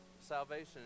salvation